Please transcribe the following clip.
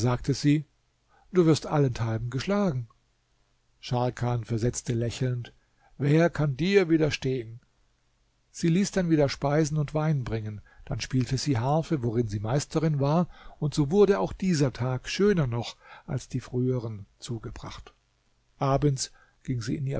sagte sie du wirst allenthalben geschlagen scharkan versetzte lächelnd wer kann dir widerstehen sie ließ dann wieder speisen und wein bringen dann spielte sie harfe worin sie meisterin war und so wurde auch dieser tag schöner noch als die früheren zugebracht abends ging sie